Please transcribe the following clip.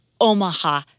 Omaha